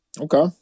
okay